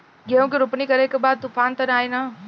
गेहूं के रोपनी करे के बा तूफान त ना आई न?